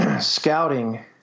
scouting